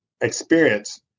experience